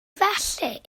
felly